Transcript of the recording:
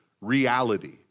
reality